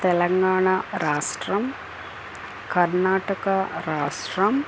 తెలంగాణా రాష్ట్రం కర్ణాటక రాష్ట్రం